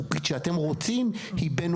אנחנו רוצים בכל